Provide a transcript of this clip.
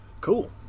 Cool